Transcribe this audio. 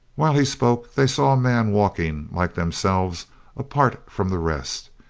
while he spoke they saw a man walking like themselves apart from the rest.